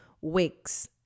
wigs